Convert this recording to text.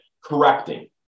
correcting